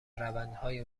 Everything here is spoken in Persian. روندهایی